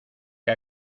que